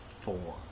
four